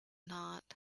not